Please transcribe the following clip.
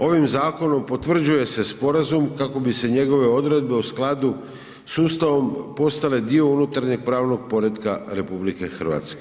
Ovim zakonom potvrđuje se sporazum kako bi se njegove odredbe u skladu s Ustavom postale dio unutarnjeg pravnog poretka RH.